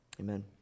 amen